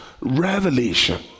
revelation